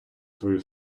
свою